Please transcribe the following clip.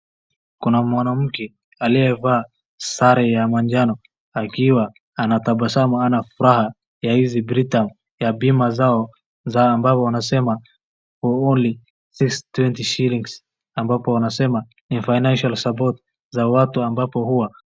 Kuna mwanamke aliyevaa sare ya manjano akiwa anatabasamu ana furaha ya hizi Britam ya bima zao ambao wanasema for only six twenty shillings ambapo wanasema ni financial support za watu ambapo huwa.